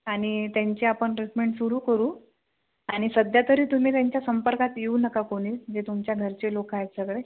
आणि त्यांची आपण ट्रीटमेंट सुरू करू आणि सध्या तरी तुम्ही त्यांच्या संपर्कात येऊ नका कोणी जे तुमच्या घरचे लोक आहेत सगळे